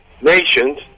nations